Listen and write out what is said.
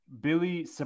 Billy